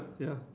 ya